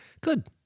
Good